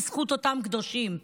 בזכות אותם קדושים.